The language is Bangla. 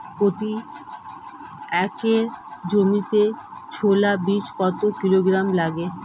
প্রতি একর জমিতে ছোলা বীজ কত কিলোগ্রাম লাগে?